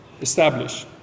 establish